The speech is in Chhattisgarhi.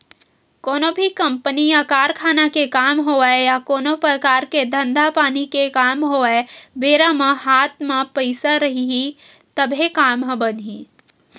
कोनो भी कंपनी या कारखाना के काम होवय या कोनो परकार के धंधा पानी के काम होवय बेरा म हात म पइसा रइही तभे काम ह बनही